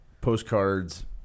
postcards